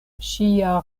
ŝia